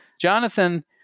Jonathan